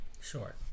Sure